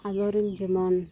ᱟᱵᱚ ᱨᱮᱱ ᱡᱮᱢᱚᱱ